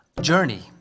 journey